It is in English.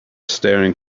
staring